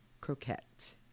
croquette